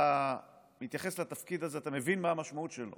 אתה מתייחס לתפקיד הזה, אתה מבין מה המשמעות שלו,